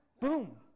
boom